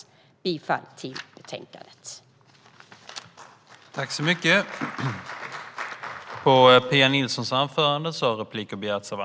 Jag yrkar bifall till utskottets förslag.